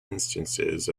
instances